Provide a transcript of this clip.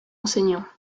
enseignant